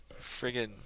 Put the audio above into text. friggin